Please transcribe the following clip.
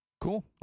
Cool